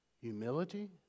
humility